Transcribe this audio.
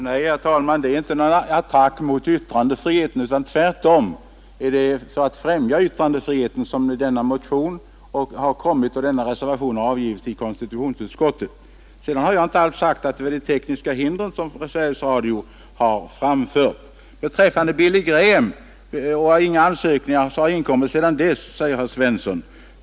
Herr talman! Nej, det är inte någon attack mot yttrandefriheten. Det är tvärtom för att främja yttrandefriheten som motionen väckts och denna reservation har avgivits i konstitutionsutskottet. Sedan har jag inte alls sagt att Sveriges Radio har åberopat de tekniska hindren. Herr Svensson i Eskilstuna sade också att inga ansökningar har inkommit sedan ärendet om Billy Graham var aktuellt.